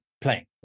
playing